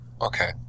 Okay